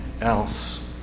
else